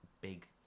big